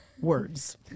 words